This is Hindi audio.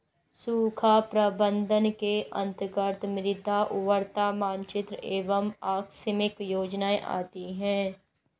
सूखा प्रबंधन के अंतर्गत मृदा उर्वरता मानचित्र एवं आकस्मिक योजनाएं आती है